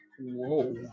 Whoa